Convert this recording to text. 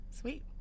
Sweet